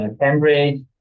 Cambridge